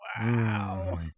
Wow